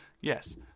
Yes